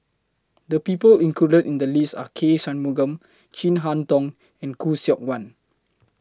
The People included in The list Are K Shanmugam Chin Harn Tong and Khoo Seok Wan